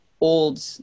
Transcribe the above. old